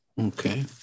Okay